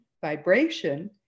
vibration